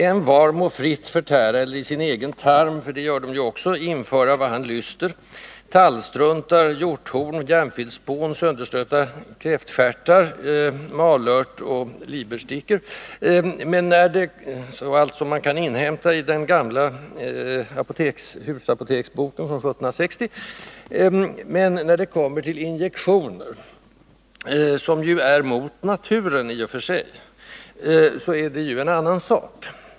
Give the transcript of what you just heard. Envar må fritt förtära eller i sin egen tarm införa vad honom lyster — tallstruntar, hjorthorn, järnfilspån, sönderstötta kräftstenar, malört, libsticka och allt annat som man kan hitta i den gamla husapoteksboken från 1760. Men när det kommer till injektioner, som i och för sig är mot naturen, är det en annan sak.